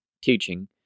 teaching